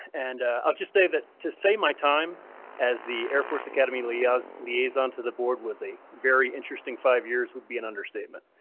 and i'll just say that to say my time as the air force academy yeah liaison to the board was a very interesting. five years would be an understatement,